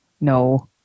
no